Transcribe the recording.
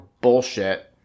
bullshit